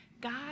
God